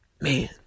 man